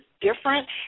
different